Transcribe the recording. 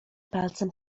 palcem